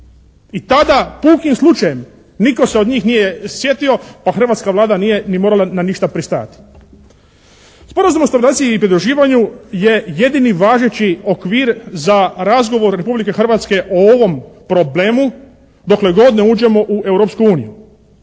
I tada pukim slučajem nitko se od njih sjetio, a hrvatska Vlada nije ni morala na ništa pristajati. Sporazumom o stabilizaciji i pridruživanju je jedini važeći okvir za razgovor Republike Hrvatske o ovom problemu dokle god ne uđemo u Europsku uniju.